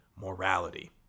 morality